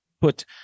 put